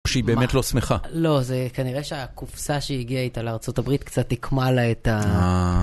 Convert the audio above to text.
שהיא באמת לא שמחה. לא, זה כנראה שהקופסה שהגיעה איתה לארה״ב קצת עיקמה לה את ה... אה